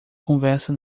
conversa